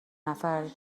نفر